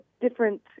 different